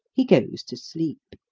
he goes to sleep.